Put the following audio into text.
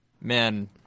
man